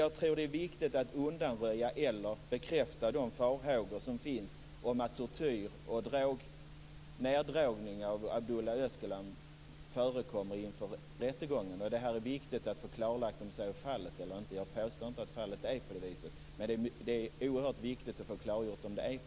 Jag tror att det är viktigt att undanröja eller bekräfta de farhågor som finns om att tortyr och neddrogning av Abdullah Öcalan förekommer inför rättegången. Det är viktigt att få klarlagt om så är fallet eller inte. Jag påstår inte att det är på det viset, men det är oerhört viktigt att få detta klargjort.